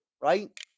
right